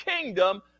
kingdom